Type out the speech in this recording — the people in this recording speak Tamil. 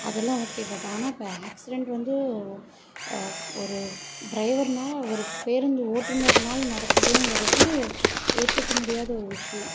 அதெல்லாம் ஓகே பட் ஆனால் இப்போ ஆக்சிடெண்ட் வந்து ஒரு ட்ரைவர்னால் ஒரு பேருந்து ஓட்டுநர்னால் நடக்குதுங்கிறது ஏற்றுக்க முடியாத ஒரு விஷயம்